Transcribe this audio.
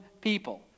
people